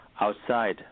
outside